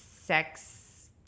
sex